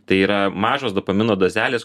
tai yra mažos dopamino dozelės